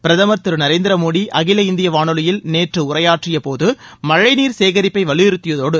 பிரதமர் திரு நரேந்திர மோடி அகில இந்திய வானொலியில் நேற்று உரையாற்றிய போது மழை நீர் சேகரிப்பை வலியுறுத்தியதோடு